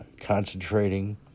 concentrating